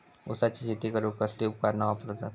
ऊसाची शेती करूक कसली उपकरणा वापरतत?